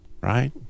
right